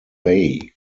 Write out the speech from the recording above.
bay